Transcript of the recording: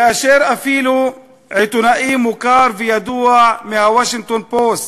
כאשר אפילו עיתונאי מוכר וידוע מה"וושינגטון פוסט"